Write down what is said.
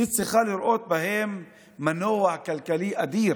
היא צריכה לראות בהם מנוע כלכלי אדיר.